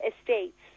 estates